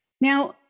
Now